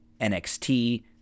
NXT